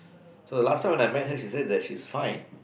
so the last time when I met her she said that she's fine